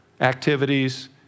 activities